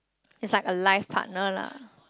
it's like a life partner lah